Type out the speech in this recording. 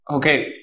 Okay